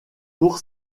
pour